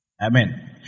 Amen